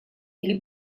или